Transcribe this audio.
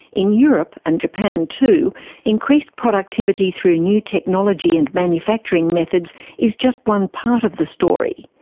in europe and japan too increased productivity through new technology and manufacturing methods is just one part of the story.